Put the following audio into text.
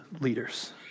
leaders